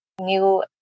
new